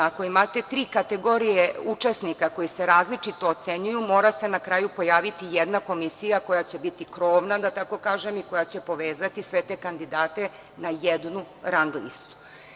Ako imate tri kategorije učesnika koji se različito ocenjuju, mora se na kraju pojaviti jedna komisija koja će biti krovna, da tako kažem, koja će povezati sve te kandidate na jednu rang listu.